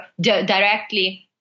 directly